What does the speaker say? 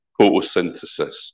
photosynthesis